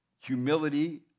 humility